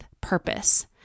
purpose